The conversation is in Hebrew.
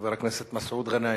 חבר הכנסת מסעוד גנאים.